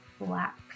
black